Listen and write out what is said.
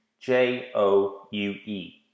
J-O-U-E